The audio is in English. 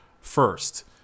First